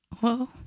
Whoa